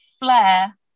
flare